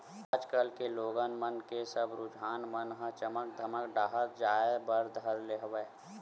आज कल के लोगन मन के सब रुझान मन ह चमक धमक डाहर जाय बर धर ले हवय